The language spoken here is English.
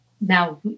now